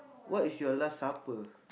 what is your last supper